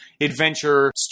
adventure